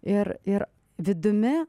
ir ir vidumi